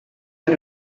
the